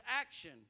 action